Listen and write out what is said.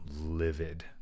livid